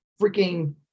freaking